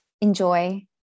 enjoy